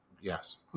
Yes